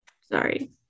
Sorry